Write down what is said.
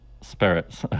spirits